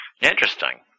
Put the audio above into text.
Interesting